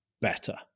better